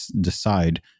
decide